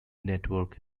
network